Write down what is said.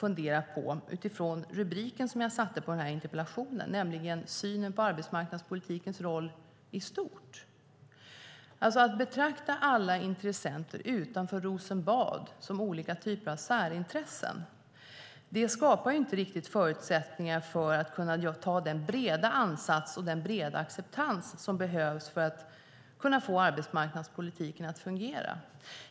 Utifrån min interpellation om synen på arbetsmarknadspolitikens roll i stort kan man också fundera på sättet att betrakta alla intressenter utanför Rosenbad som olika typer av särintressen. Det skapar ju inte riktigt förutsättningar för att kunna ta den breda ansats och ha den breda acceptans som behövs för att kunna få arbetsmarknadspolitiken att fungera.